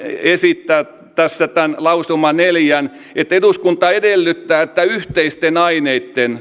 esittää tässä tämän lausuma neljän eduskunta edellyttää että yhteisten aineiden